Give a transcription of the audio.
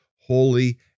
holy